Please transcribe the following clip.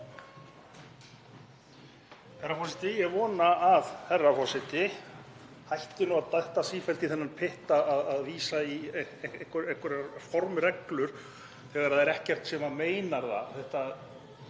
Herra forseti. Ég vona að herra forseti hætti að detta sífellt í þennan pytt, að vísa í einhverjar formreglur þegar það er ekkert sem meinar það